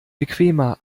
bequemer